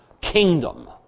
kingdom